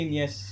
yes